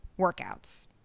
workouts